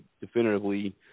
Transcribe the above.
definitively